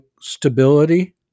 stability